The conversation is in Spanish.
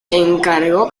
encargó